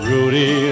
Rudy